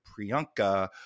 Priyanka